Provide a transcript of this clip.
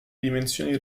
dimensioni